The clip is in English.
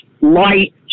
light